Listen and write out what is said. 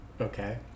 Okay